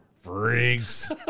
Freaks